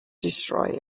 destroy